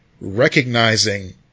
recognizing